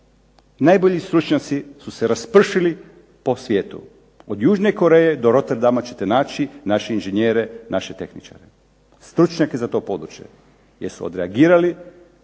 najbolji stručnjaci su se raspršili po svijetu, od južne Koreje do Roterdama ćete naći naše inžinjere, naše tehničare, stručnjake za to područje jer su odreagirali